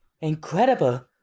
Incredible